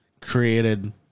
created